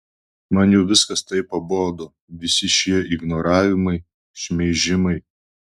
man jau viskas taip pabodo visi šie ignoravimai šmeižimai